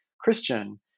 Christian